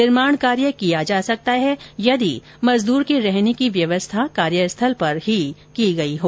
निर्माण कार्य किया जा सकता है यदि मजदूर के रहने की व्यवस्था कार्यस्थल पर ही की गई हो